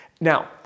Now